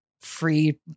free